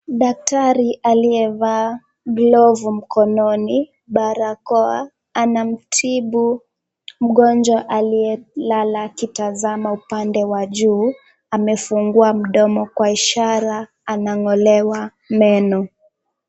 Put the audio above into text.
Daktari aliyevalia glovu mkononi, barakoa anamtibu mgonjwa aliyelala akitazama upande wa juu amefunguwa mdomo kwa ishara anang'olewa meno.